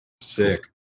Sick